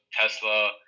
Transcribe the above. Tesla